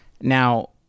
Now